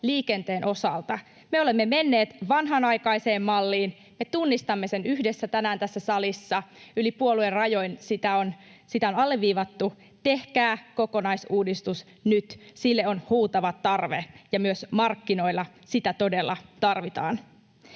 liikenteen osalta. Me olemme menneet vanhanaikaiseen malliin, me tunnistamme sen yhdessä tänään tässä salissa. Yli puoluerajojen sitä on alleviivattu: tehkää kokonaisuudistus nyt. Sille on huutava tarve, ja myös markkinoilla sitä todella tarvitaan.